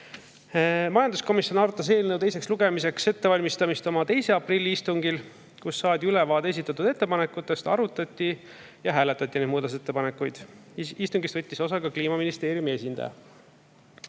Majanduskomisjon arutas eelnõu teiseks lugemiseks ettevalmistamist oma 2. aprilli istungil, kus saadi ülevaade esitatud ettepanekutest ning arutati ja hääletati muudatusettepanekuid. Istungist võttis osa ka Kliimaministeeriumi esindaja.